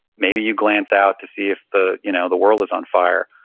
maybe you glance out to see if the you know the world is on fire,